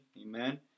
amen